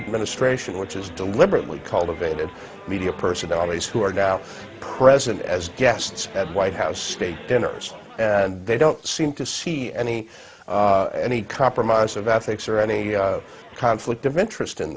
administration which has deliberately cultivated media personalities who are now present as guests at white house state dinner and they don't seem to see any any compromise of ethics or any conflict of interest in